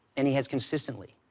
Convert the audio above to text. and he has consistently.